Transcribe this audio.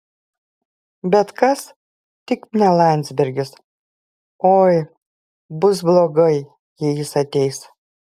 bet kas tik ne landsbergis oi bus blogai jei jis ateis